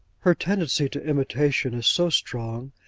her tendency to imitation is so strong,